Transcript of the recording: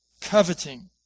coveting